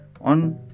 on